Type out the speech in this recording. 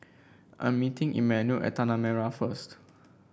I'm meeting Emanuel at Tanah Merah first